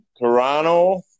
Toronto